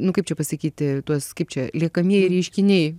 nu kaip čia pasakyti tuos kaip čia liekamieji reiškiniai